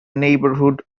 neighbourhood